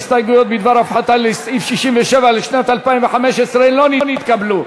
ההסתייגויות בדבר הפחתה לסעיף 67 לשנת 2015 לא נתקבלו.